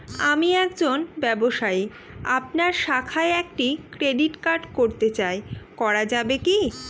আমি একজন ব্যবসায়ী আপনার শাখায় একটি ক্রেডিট কার্ড করতে চাই করা যাবে কি?